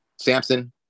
Samson